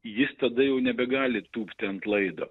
jis tada jau nebegali tūpti ant laido